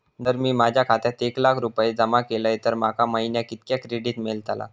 जर मी माझ्या खात्यात एक लाख रुपये जमा केलय तर माका महिन्याक कितक्या क्रेडिट मेलतला?